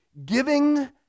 Giving